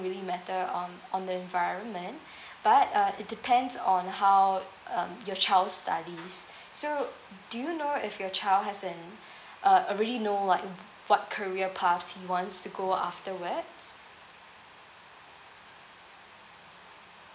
really matter um on the environment but uh it depends on how um your child studies so do you know if your child has an uh uh really know like what career paths he wants to go afterwards